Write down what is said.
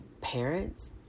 parents